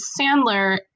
Sandler